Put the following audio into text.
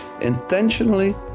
intentionally